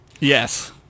Yes